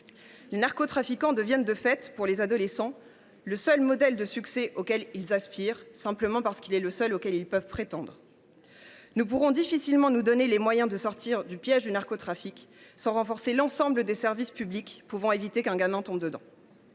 Les narcotrafiquants deviennent, de fait, pour les adolescents, le seul modèle de succès auquel ils aspirent, simplement parce qu’il est le seul auquel ils peuvent prétendre. Nous pourrons difficilement nous donner les moyens de « sortir du piège du narcotrafic » sans renforcer l’ensemble des services publics permettant d’éviter qu’un gamin ne tombe dedans.